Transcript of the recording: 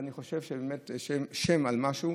ואני חושב שאם יש שם על משהו,